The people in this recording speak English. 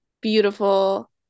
beautiful